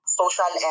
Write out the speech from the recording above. social